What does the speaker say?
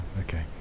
okay